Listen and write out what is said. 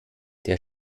der